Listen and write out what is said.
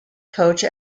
coach